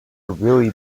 really